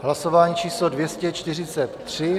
Hlasování číslo 243.